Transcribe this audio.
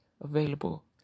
available